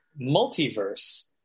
multiverse